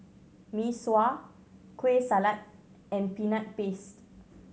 Mee Sua Kueh Salat and Peanut Paste